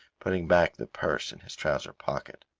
putting back the purse in his trouser pocket,